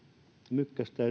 mykkästä